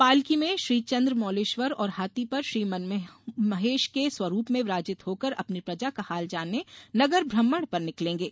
पालकी में श्री चन्द्रमौलेश्वर और हाथी पर श्री मनमहेश के स्वरूप में विराजित होकर अपनी प्रजा का हाल जानने नगर भ्रमण पर निकलेंगे